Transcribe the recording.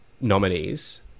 nominees